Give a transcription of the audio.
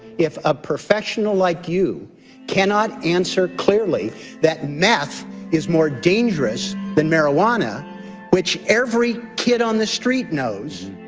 if a professional like you cannot answer clearly that meth is more dangerous than marijuana which every kid on the street knows,